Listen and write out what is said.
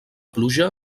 pluja